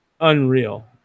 unreal